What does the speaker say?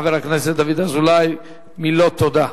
חבר הכנסת דוד אזולאי, מילות תודה.